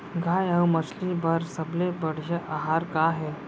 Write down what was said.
गाय अऊ मछली बर सबले बढ़िया आहार का हे?